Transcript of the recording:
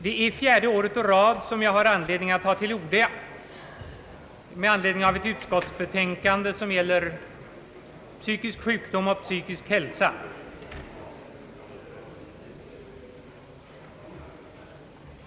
Det är fjärde året å rad som jag har anledning att ta till orda på grund av ett utskottsutlåtande, som gäller psykisk sjukdom och psykisk hälsa.